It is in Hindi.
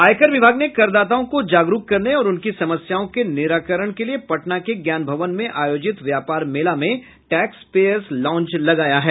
आयकर विभाग ने करदाताओं को जागरूक करने और उनकी समस्याओं के निराकरण के लिये पटना के ज्ञान भवन में आयोजित व्यापार मेला में टैक्स पेयर्स लॉउंज लगाया है